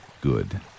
good